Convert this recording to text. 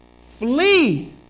Flee